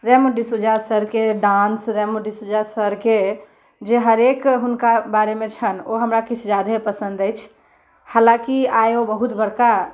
रेमो डिसूजा सरके डान्स रेमो डिसूजा सरके जे हरेक हुनका बारेमे छनि ओ हमरा किछु जादे पसन्द अछि हलाँकि आइ ओ बहुत बड़का